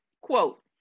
Quote